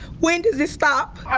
when does this stop.